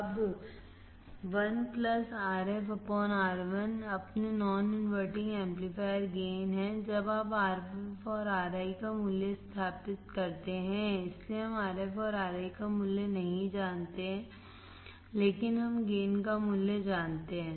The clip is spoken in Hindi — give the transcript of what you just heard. अब 1 Rf Ri अपने नॉन इनवर्टिंग एम्पलीफायर गेन है जब आप Rf और Ri का मूल्य प्रतिस्थापित करते हैं इसलिए हम Rf और Ri का मूल्य नहीं जानते हैं लेकिन हम गेन का मूल्य जानते हैं